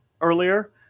earlier